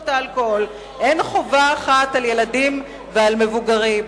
אין חובה אחת על ילדים ועל מבוגרים.